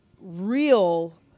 real